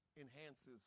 Enhances